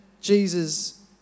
Jesus